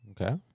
Okay